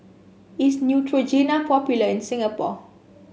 is Neutrogena popular in Singapore